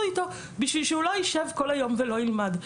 איתו כדי שהוא לא יישב כל היום ולא ילמד.